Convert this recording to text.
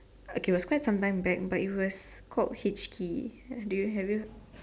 okay it was quite sometime back but it was called H_T do you have you